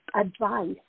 advice